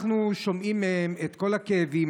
אנחנו שומעים מהם את כל הכאבים,